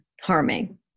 harming